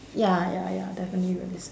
ya ya ya definitely will listen